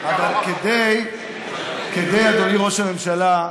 אבל, אדוני ראש הממשלה,